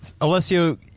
Alessio